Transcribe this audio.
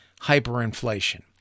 hyperinflation